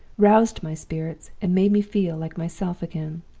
roused my spirits, and made me feel like myself again.